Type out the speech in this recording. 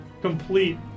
complete